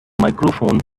microphone